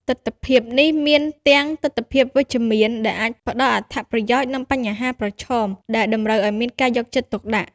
ទិដ្ឋភាពនេះមានទាំង ទិដ្ឋភាពវិជ្ជមាន ដែលអាចផ្ដល់អត្ថប្រយោជន៍ និង បញ្ហាប្រឈម ដែលតម្រូវឲ្យមានការយកចិត្តទុកដាក់។